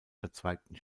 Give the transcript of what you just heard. verzweigten